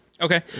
Okay